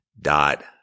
dot